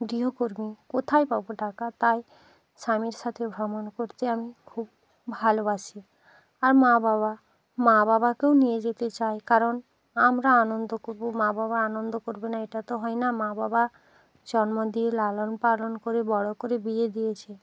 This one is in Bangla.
গৃহকর্মী কোথায় পাবো টাকা তাই স্বামীর সাথে ভ্ৰমণ করতে আমি খুব ভালোবাসি আর মা বাবা মা বাবাকেও নিয়ে যেতে চাই কারণ আমরা আনন্দ করবো মা বাবা আনন্দ করবে না এটা তো হয় না মা বাবা জন্ম দিয়ে লালন পালন করে বড়ো করে বিয়ে দিয়েছে